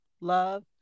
love